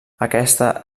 aquesta